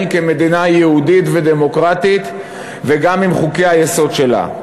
כמדינה יהודית ודמוקרטית וגם עם חוקי-היסוד שלה.